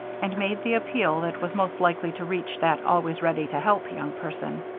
and made the appeal that was most likely to reach that always-ready-to-help young person.